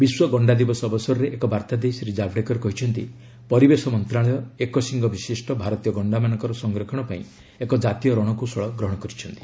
ବିଶ୍ୱ ଗଣ୍ଡା ଦିବସ ଅବସରରେ ଏକ ବାର୍ତ୍ତା ଦେଇ ଶ୍ରୀ କାବଡେକର କହିଛନ୍ତି ପରିବେଶ ମନ୍ତ୍ରଣାଳୟ ଏକଶିଙ୍ଗ ବିଶିଷ୍ଟ ଭାରତୀୟ ଗଣ୍ଡାମାନଙ୍କ ସଂରକ୍ଷଣ ପାଇଁ ଏକ ଜାତୀୟ ରଣକୌଶଳ ଗ୍ରହଣ କରିଛନ୍ତି